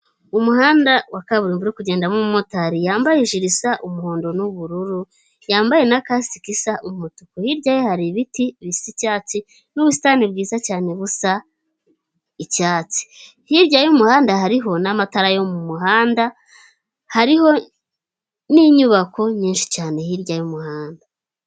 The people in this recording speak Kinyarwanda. Umuhanda wa kaburimbo uri kugendamo umumotari yambaye ijiri isa umuhondo n'ubururu yambaye na kasike isa umutuku, hirya ye hari ibiti bisa icyatsi n'ubusitani bwiza cyane busa icyatsi, hirya y'umuhanda hariho n'amatara yo mu muhanda hariho n'inyubako nyinshi cyane hirya y'umuhanda.